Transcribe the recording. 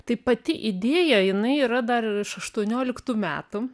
tai pati idėja jinai yra dar ir iš aštuonioliktų metų